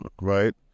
right